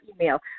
email